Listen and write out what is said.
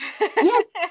Yes